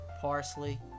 parsley